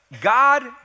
God